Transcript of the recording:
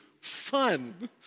fun